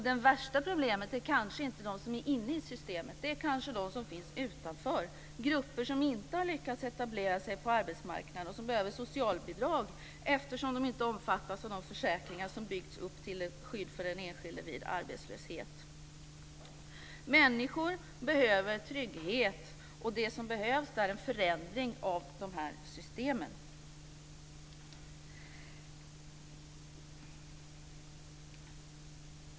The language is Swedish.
Det värsta problemet är kanske inte de som är inne i systemet; det är kanske de som finns utanför, dvs. grupper som inte har lyckats etablera sig på arbetsmarknaden och som behöver socialbidrag eftersom de inte omfattas av de försäkringar som byggts upp till skydd för den enskilde vid arbetslöshet. Människor behöver trygghet, och det som behövs då är en förändring av de här systemen.